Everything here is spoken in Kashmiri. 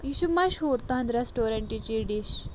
یہِ چھُ مَشہوٗر تُہُنٛدِ ریسٹورینٛٹٕچ یہِ ڈِش